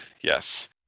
Yes